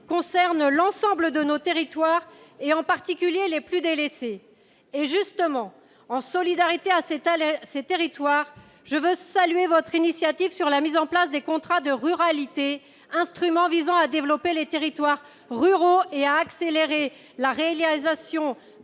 concernent l'ensemble de nos territoires, en particulier les plus délaissés d'entre eux. Justement, solidaire avec ces territoires, je veux saluer votre initiative de mise en place des contrats de ruralité, instruments visant à développer les territoires ruraux et à accélérer la réalisation